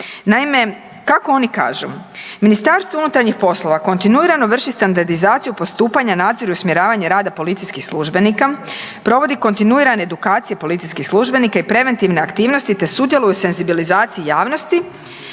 Naime, kako oni kažu, Ministarstvo unutarnjih poslova kontinuirano vrši standardizaciju postupanja, nadziru usmjeravanje rada policijskih službenika, provodi kontinuirane edukacije policijskih službenika i preventivne aktivnosti te sudjeluje u senzibilizaciji javnosti